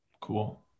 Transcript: Cool